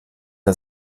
der